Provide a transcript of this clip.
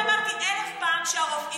אני אמרתי אלף פעם שהרופאים לא היו בסדר,